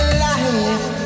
life